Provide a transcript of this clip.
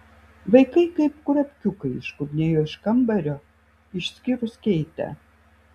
vaikai kaip kurapkiukai iškurnėjo iš kambario išskyrus keitę